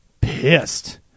pissed